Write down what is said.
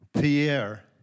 Pierre